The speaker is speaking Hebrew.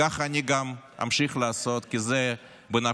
כך גם אמשיך לעשות, כי זה בנפשי.